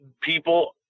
people